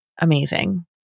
amazing